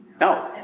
No